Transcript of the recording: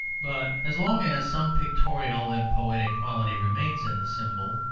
but as long as some pictorial and poetic quality remains in the symbol,